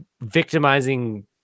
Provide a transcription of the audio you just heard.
victimizing